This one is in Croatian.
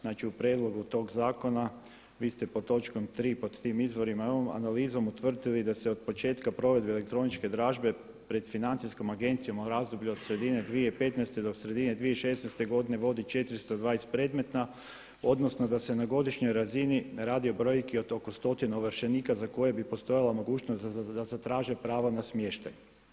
Znači u prijedlogu tog zakona vi ste pod točkom tri pod tim izvorima … analizom utvrdili da se od početka elektroničke dražbe pred financijskom agencijom u razdoblju od sredine 2015. do sredine 2016. vodi 420 predmeta, odnosno da se na godišnjoj razini radi o brojki od oko stotinu ovršenika za koje bi postojala mogućnost da zatraže pravo na smještaj.